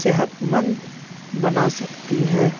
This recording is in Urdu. صحت مند بنا سکتی ہے